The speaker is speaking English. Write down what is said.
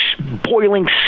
boiling